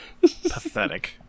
Pathetic